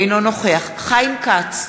אינו נוכח חיים כץ,